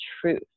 truth